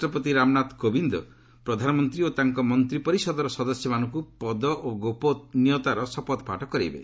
ରାଷ୍ଟ୍ରପତି ରାମନାଥ କୋବିନ୍ଦ ପ୍ରଧାନମନ୍ତ୍ରୀ ଓ ତାଙ୍କ ମନ୍ତ୍ରୀ ପରିଷଦର ସଦସ୍ୟମାନଙ୍କୁ ପଦ ଓ ଗୋପନୀୟତାର ଶପଥପାଠ କରାଇବେ